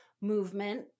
movement